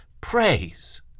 praise